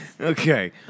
Okay